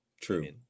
True